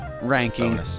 ranking